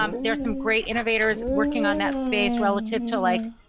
um there are some great innovators working on that space relative to like